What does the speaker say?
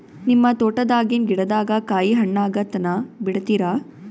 ನಿಮ್ಮ ತೋಟದಾಗಿನ್ ಗಿಡದಾಗ ಕಾಯಿ ಹಣ್ಣಾಗ ತನಾ ಬಿಡತೀರ?